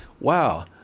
wow